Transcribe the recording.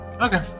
Okay